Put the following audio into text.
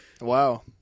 Wow